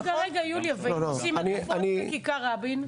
רגע, יוליה, ואם עושים הקפות בכיכר רבין?